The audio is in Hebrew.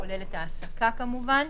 כוללת העסקה כמובן.